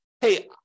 hey